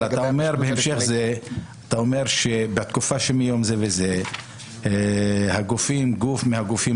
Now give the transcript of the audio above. אבל אתה אומר בתקופה שמיום זה וזה גוף מהגופים